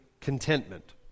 contentment